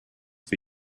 for